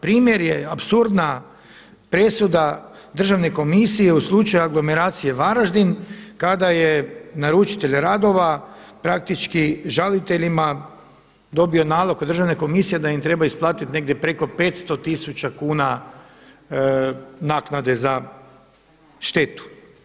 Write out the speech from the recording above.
Primjer je apsurdna presuda Državne komisije u slučaju anglomeracije Varaždin kada je naručitelj radova praktički žaliteljima dobio nalog od Državne komisije da im treba isplatiti negdje preko 500 tisuća kuna naknade za štetu.